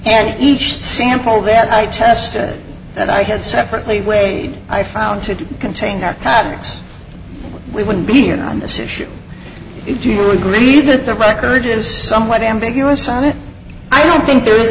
and each sample that i tested that i had separately way i found to contain that happens we would be in on this issue if you agree that the record is somewhat ambiguous on it i don't think there is